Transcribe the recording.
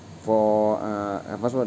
for uh advancement